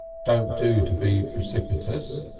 don't do to be precipitous,